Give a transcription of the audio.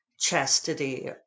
chastity